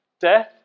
death